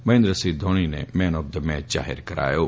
મફેન્દ્રસિફ ધોનીને man of the match જાહેર કરાયો હતો